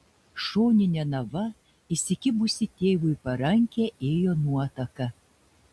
šonine nava įsikibusi tėvui į parankę ėjo nuotaka